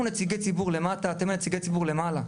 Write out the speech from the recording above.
אנחנו נציגי ציבור למטה, אתם נציגי ציבור למעלה.